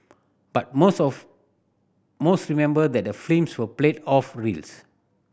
but most of most remember that the films were played off reels